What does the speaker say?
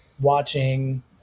watching